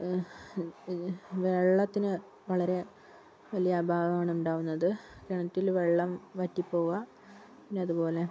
വെള്ളത്തിന് വളരെ വലിയ അഭാവം ആണ് ഉണ്ടാവുന്നത് കിണറ്റിൽ വെള്ളം വറ്റി പോവുക പിന്നെ അതുപോലെ